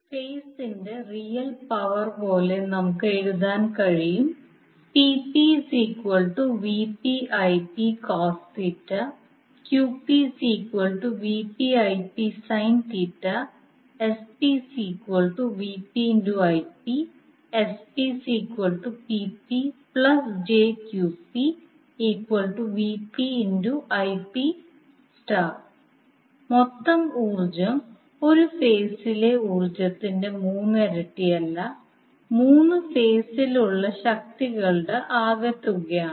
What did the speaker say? ഫേസിന്റെ real power പോലെ നമുക്ക് എഴുതാൻ കഴിയും മൊത്തം ഊർജ്ജം ഒരു ഫേസിലെ ഊർജ്ജത്തിന്റെ മൂന്നിരട്ടിയല്ല മൂന്ന് ഫേസിലുള്ള ശക്തികളുടെ ആകെത്തുകയാണ്